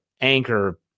Anchor